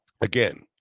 again